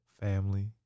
family